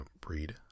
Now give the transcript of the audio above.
breed